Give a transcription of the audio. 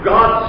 God